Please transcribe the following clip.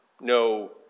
no